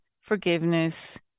forgiveness